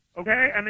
Okay